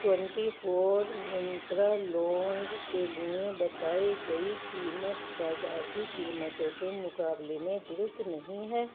twenty four Mantra لونگ کے لیے بتائی گئی قیمت بازار کی قیمتوں کے مقابلے میں درست نہیں ہے